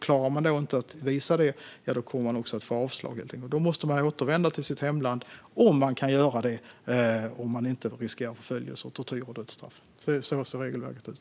Klarar man inte att visa det kommer man att få avslag helt enkelt. Då måste man återvända till sitt hemland om man kan göra det och inte riskerar förföljelse, tortyr och dödsstraff. Så ser regelverket ut.